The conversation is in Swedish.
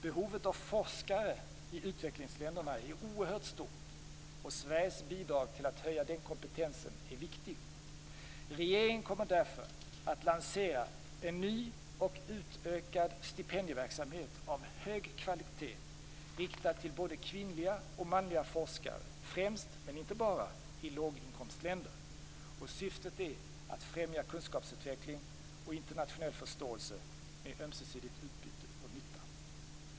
Behovet av forskare i utvecklingsländerna är oerhört stort, och Sveriges bidrag till att höja den kompetensen är viktig. Regeringen kommer därför att lansera en ny och utökad stipendieverksamhet av hög kvalitet riktad till både kvinnliga och manliga forskare, främst - men inte bara - i låginkomstländerna. Syftet är att främja kunskapsutveckling och internationell förståelse med ömsesidigt utbyte och nytta.